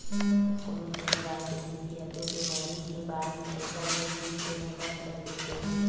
कोनो कोनो गाय, भइसी ह तो बेमारी के बाद म एकदम ले दूद देना बंद कर देथे